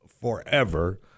forever